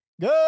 Good